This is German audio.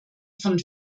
von